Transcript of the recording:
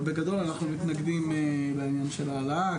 אבל בגדול אנחנו מתנגדים לעניין של העלאה,